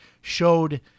showed